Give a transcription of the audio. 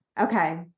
Okay